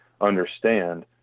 understand